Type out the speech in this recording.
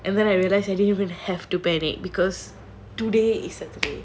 and then I realised I didn't even have to panic because today is saturday